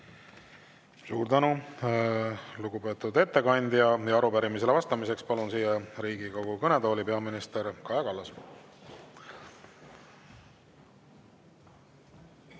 Suur tänu, lugupeetud ettekandja! Arupärimisele vastamiseks palun siia Riigikogu kõnetooli peaminister Kaja Kallase.